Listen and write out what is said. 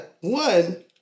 One